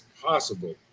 possible